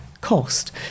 cost